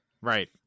Right